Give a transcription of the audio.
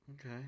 okay